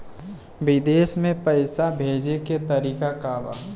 विदेश में पैसा भेजे के तरीका का बा?